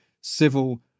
civil